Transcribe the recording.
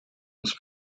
aus